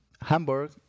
Hamburg